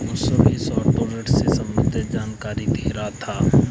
सुरेश मुझे ऑटो ऋण से संबंधित जानकारी दे रहा था